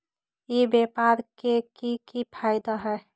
ई व्यापार के की की फायदा है?